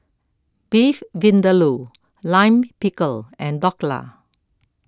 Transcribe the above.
Beef Vindaloo Lime Pickle and Dhokla